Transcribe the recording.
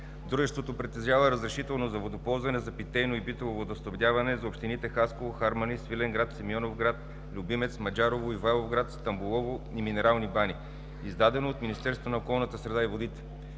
дружеството притежава разрешително за водоползване за питейно и битово водоснабдяване за общините Хасково, Харманли, Свиленград, Симеоновград, Любимец, Маджарово, Ивайловград, Стамболово и Минерални бани, издадено от Министерството на околната среда и водите.